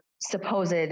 supposed